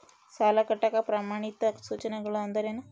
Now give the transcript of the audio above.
ಸಾಲ ಕಟ್ಟಾಕ ಪ್ರಮಾಣಿತ ಸೂಚನೆಗಳು ಅಂದರೇನು?